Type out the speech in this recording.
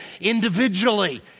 individually